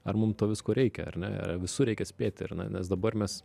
ar mum to visko reikia ar ne ar visur reikia spėti ir na nes dabar mes